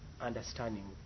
understanding